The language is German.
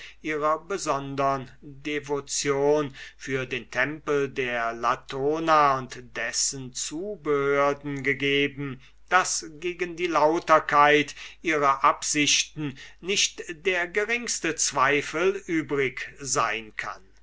ihrer besondern devotion für den tempel der latona und dessen zubehörden abgelegt daß gegen die lauterkeit ihrer absichten nicht der geringste zweifel übrig sein kann